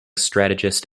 strategist